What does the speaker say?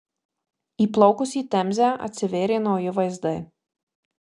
įplaukus į temzę atsivėrė nauji vaizdai